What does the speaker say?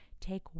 take